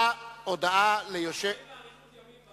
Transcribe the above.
אנחנו מאחלים לה אריכות ימים בתפקיד.